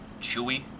chewy